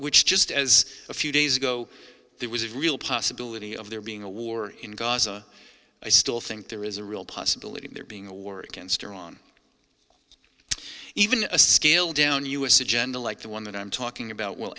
which just as a few days ago there was a real possibility of there being a war in gaza i still think there is a real possibility of there being a war against iran even a scaled down u s agenda like the one that i'm talking about w